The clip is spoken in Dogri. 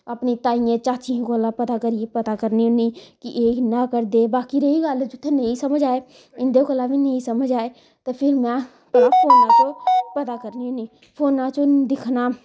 अपक्नी ताइयें चाचिएं कोला पता करिये पता करनी हुन्नी कि एह् कियां करदे बाकी रेही गल्ल जुत्थै नेई समझ आए उंदे कोला बी नेईं समझ आए ते फेर मैं फोनां चूं पता करनी हुन्नी फोना च दिक्खना